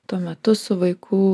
tuo metu su vaikų